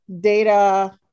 data